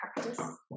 practice